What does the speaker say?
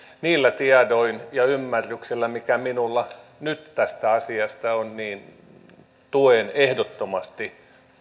niillä tiedoin ja ymmärryksellä mikä minulla nyt tästä asiasta on tuen ehdottomasti